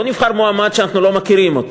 לא נבחר מועמד שאנחנו לא מכירים.